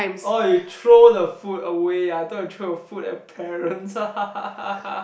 orh you throw the food away ah I thought you throw your food at your parents